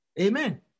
Amen